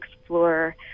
explore